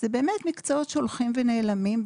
זה באמת מקצועות שהולכים ונעלמים,